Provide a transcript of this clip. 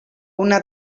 una